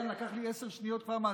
לקח לי עשר שניות מהזמן.